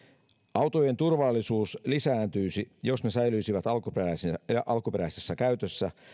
autojen turvallisuus lisääntyisi jos ne säilyisivät alkuperäisessä alkuperäisessä käytössä